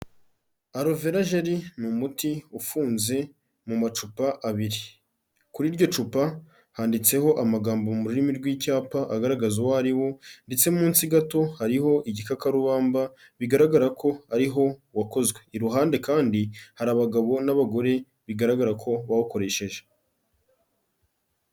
Aloe Vera Gelly ni umuti ufunze mu macupa abiri, kuri iryo cupa handitseho amagambo mu rurimi rw'icyapa agaragaza uwo ariwo ndetse munsi gato hariho igikakarubamba, bigaragara ko ariho wakozwe, iruhande kandi hari abagabo n'abagore bigaragara ko bawukoresheje.